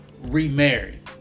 remarry